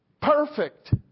Perfect